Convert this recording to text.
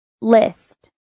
List